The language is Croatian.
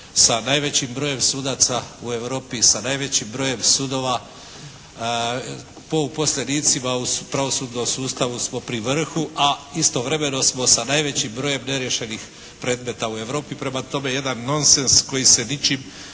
sa najvećim brojem sudaca u Europi i sa najvećim brojem sudova. Po uposlenicima u pravosudnom sustavu smo pri vrhu, a istovremeno smo sa najvećim brojem neriješenih predmeta u Europi. Prema tome, jedan non sens koji se ničim